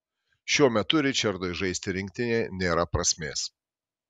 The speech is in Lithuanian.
šiuo metu ričardui žaisti rinktinėje nėra prasmės